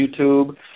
YouTube